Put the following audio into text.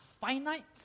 finite